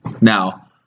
Now